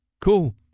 cool